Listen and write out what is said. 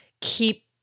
keep